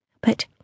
But